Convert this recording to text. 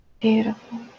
Beautiful